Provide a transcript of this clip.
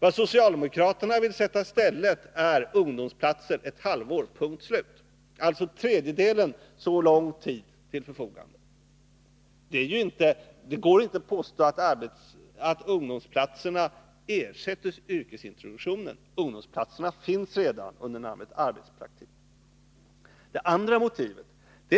Vad socialdemokraterna vill sätta i stället är ungdomsplatser ett år, punkt och slut, alltså en tredjedel kortare tid till förfogande. Det går inte att påstå att ungdomsplatser ersätter yrkesintroduktionen. Ungdomsplatserna finns, som jag sade, redan under namnet arbetspraktik. Det andra motivet